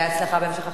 בהצלחה בהמשך החקיקה.